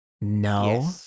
No